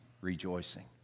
rejoicing